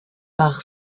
par